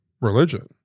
religion